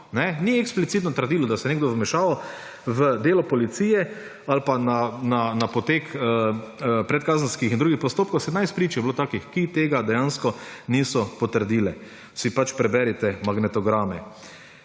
ni eksplicitno trdilo, da se je nekdo vmešaval v delo policije ali pa na potek predkazenskih in drugih postopkov. 17 prič je bilo takih, ki tega dejansko niso podprli ‒ si pač preberite magnetograme.